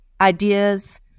ideas